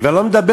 אני כבר לא מדבר,